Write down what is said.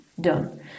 Done